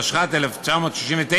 התשכ"ט 1969,